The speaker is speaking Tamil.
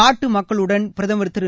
நாட்டு மக்களுடன் பிரதமர் திரு